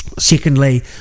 Secondly